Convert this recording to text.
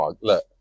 Look